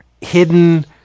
hidden